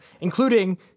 including